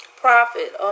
profit